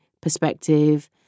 perspective